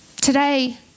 today